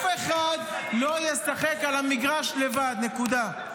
אף אחד לא ישחק על המגרש לבד, נקודה.